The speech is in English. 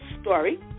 story